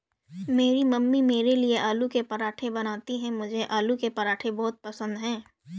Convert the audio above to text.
मेरी मम्मी मेरे लिए आलू के पराठे बनाती हैं मुझे आलू के पराठे बहुत पसंद है